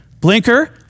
blinker